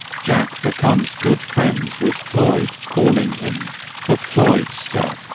jack becomes good friends with floyd, calling him the floydster,